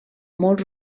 molts